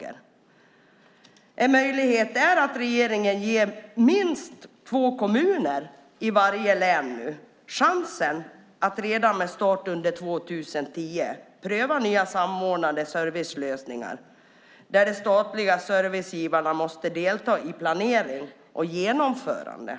En möjlighet är att regeringen ger minst två kommuner i varje län chansen att redan med start under år 2010 pröva nya samordnade servicelösningar där de statliga servicegivarna måste delta vid planering och genomförande.